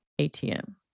ATM